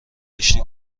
داشتی